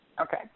Okay